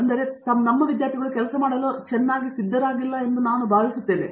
ಆದರೆ ನಮ್ಮ ವಿದ್ಯಾರ್ಥಿಗಳು ಕೆಲಸ ಮಾಡಲು ಚೆನ್ನಾಗಿ ಸಿದ್ಧರಾಗಿಲ್ಲ ಎಂದು ನಾನು ಭಾವಿಸುತ್ತೇನೆ